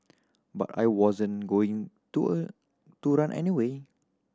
but I wasn't going to a to run any way